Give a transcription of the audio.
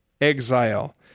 exile